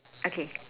okay